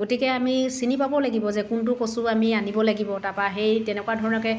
গতিকে আমি চিনি পাব লাগিব যে কোনটো কচু আমি আনিব লাগিব তাৰপৰা সেই তেনেকুৱা ধৰণকৈ